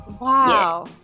wow